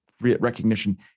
recognition